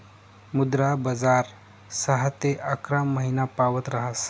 मुद्रा बजार सहा ते अकरा महिनापावत ऱहास